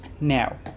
Now